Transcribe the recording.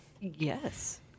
Yes